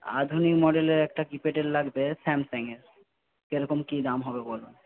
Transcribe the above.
আধুনিক মডেলের একটা কি প্যাডের লাগবে স্যামসাংয়ের কিরকম কি দাম হবে বলুন